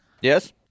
Yes